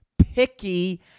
Picky